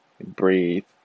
breathe